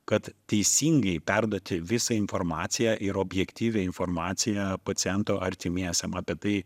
kad teisingai perduoti visą informaciją ir objektyvią informaciją paciento artimiesiem apie tai